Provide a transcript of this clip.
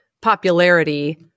popularity